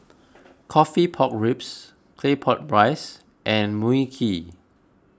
Coffee Pork Ribs Claypot Rice and Mui Kee